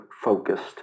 focused